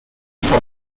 for